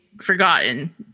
forgotten